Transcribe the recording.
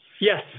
Yes